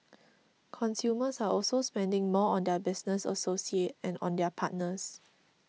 consumers are also spending more on their business associate and on their partners